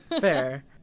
Fair